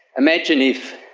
imagine if,